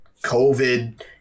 COVID